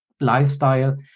lifestyle